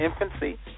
infancy